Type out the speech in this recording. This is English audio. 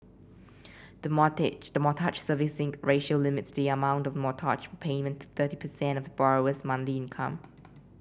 the the Mortgage Servicing Ratio limits the amount for mortgage repayment thirty percent of the borrower's monthly income